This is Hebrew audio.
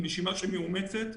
עם נשימה מאומצת.